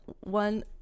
one